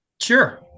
Sure